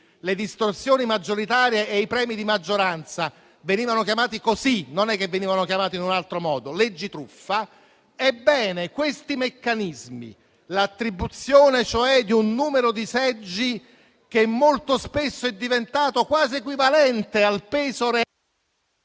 le distorsioni maggioritarie e i premi di maggioranza venivano chiamati così e non in un altro modo. Ebbene questi meccanismi, l'attribuzione cioè di un numero di seggi, che molto spesso è diventato quasi equivalente al peso...